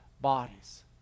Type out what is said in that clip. bodies